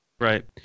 right